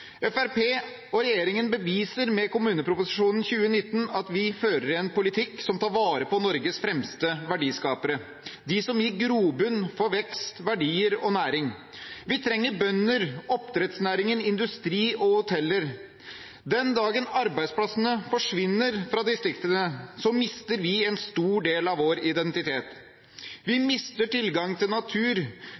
Fremskrittspartiet og regjeringen beviser med kommuneproposisjonen for 2019 at vi fører en politikk som tar vare på Norges fremste verdiskapere, de som gir grobunn for vekst, verdier og næring. Vi trenger bønder, oppdrettsnæring, industri og hoteller. Den dagen arbeidsplassene forsvinner fra distriktene, mister vi en stor del av vår identitet; vi mister tilgang til natur,